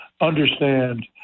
understand